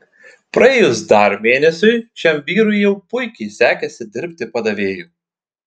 praėjus dar mėnesiui šiam vyrui jau puikiai sekėsi dirbti padavėju